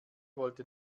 wollte